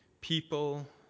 people